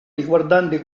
riguardanti